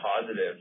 positive